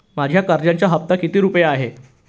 माझ्या कर्जाचा हफ्ता किती रुपये आहे?